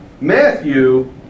Matthew